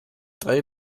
drei